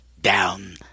down